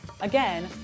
Again